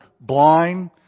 blind